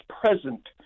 present